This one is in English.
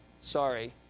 Sorry